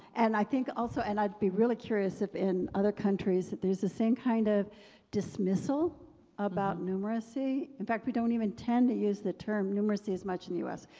and i think also and i'd be really curious if in other countries there's the same kind of dismissal about numeracy. in fact we don't even tend to use the term numeracy as much in the us.